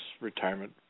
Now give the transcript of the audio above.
retirement